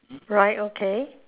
right okay